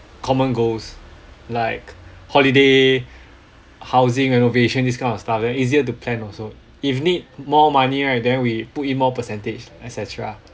common goals like holiday housing renovation this kind of stuff then easier to plan also if need more money right then we put in more percentage et cetera